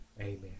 Amen